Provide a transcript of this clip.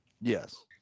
Yes